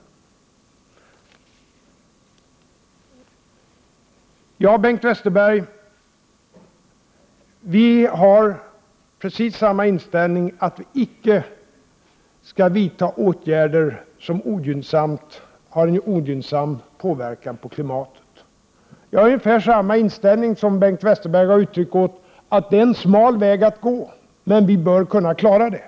Vi har precis samma inställning som folkpartiet när det gäller att vi inte skall vidta åtgärder som har en ogynnsam inverkan på klimatet, Bengt Westerberg. Vi socialdemokrater har ungefär samma inställning som Bengt Westerberg uttryckte, nämligen att det är en smal väg att gå, men vi bör kunna klara det.